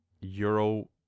euro